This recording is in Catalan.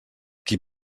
qui